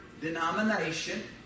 denomination